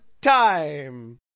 time